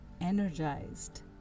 energized